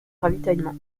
ravitaillement